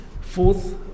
Fourth